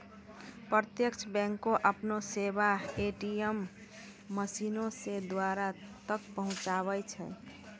प्रत्यक्ष बैंक अपनो सेबा ए.टी.एम मशीनो से दूरो तक पहुचाबै छै